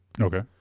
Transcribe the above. Okay